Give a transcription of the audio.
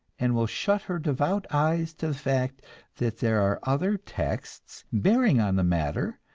and will shut her devout eyes to the fact that there are other texts, bearing on the matter,